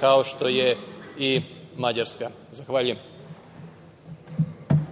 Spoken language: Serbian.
kao što je i Mađarska? Zahvaljujem.